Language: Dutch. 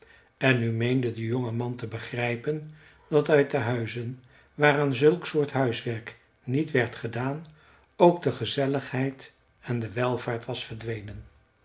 en nu meende de jonge man te begrijpen dat uit de huizen waar aan zulk soort huiswerk niet werd gedaan ook de gezelligheid en de welvaart was verdwenen